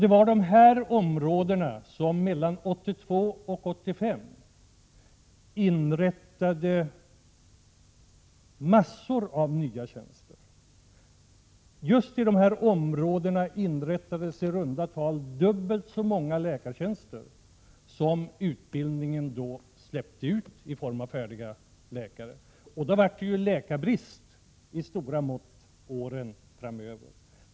Det var i de här områdena som man mellan 1982 och 1985 inrättade massor av nya tjänster. Just i de här områdena inrättades i runt tal dubbelt så många läkartjänster som utbildningen då släppte ut i form av färdiga läkare. Det uppstod då en läkarbrist av stora mått åren framöver.